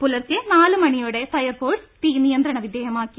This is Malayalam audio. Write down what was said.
പുലർച്ചെ നാലു മണിയോടെ ഫയർഫോഴ്സ് തീ നിയന്ത്രണവിധേയമാക്കി